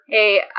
Hey